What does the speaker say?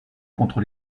contre